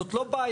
זאת לא בעיה,